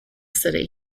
city